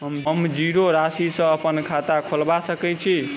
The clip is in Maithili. हम जीरो राशि सँ अप्पन खाता खोलबा सकै छी?